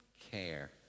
care